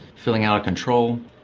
feeling out of control,